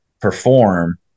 perform